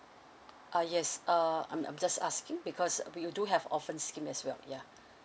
uh yes uh I'm I'm just asking because we do have orphan scheme as well ya